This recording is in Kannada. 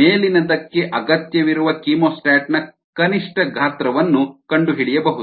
ಮೇಲಿನದಕ್ಕೆ ಅಗತ್ಯವಿರುವ ಕೀಮೋಸ್ಟಾಟ್ನ ಕನಿಷ್ಠ ಗಾತ್ರವನ್ನು ಕಂಡುಹಿಡಿಯಬಹುದು